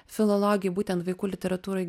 filologė būtent vaikų literatūroj